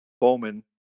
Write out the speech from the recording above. Bowman